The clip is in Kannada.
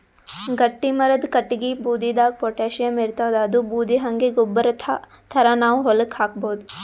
ಗಟ್ಟಿಮರದ್ ಕಟ್ಟಗಿ ಬೂದಿದಾಗ್ ಪೊಟ್ಯಾಷಿಯಂ ಇರ್ತಾದ್ ಅದೂ ಬೂದಿ ಹಂಗೆ ಗೊಬ್ಬರ್ ಥರಾ ನಾವ್ ಹೊಲಕ್ಕ್ ಹಾಕಬಹುದ್